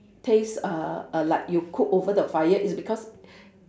taste uh uh like you cook over the fire is because